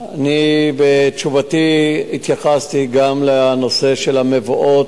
אני בתשובתי התייחסתי גם לנושא המבואות,